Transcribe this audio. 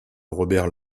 robert